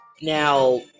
Now